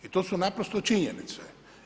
I to su naprosto činjenice.